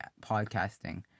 podcasting